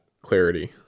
clarity